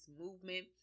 movement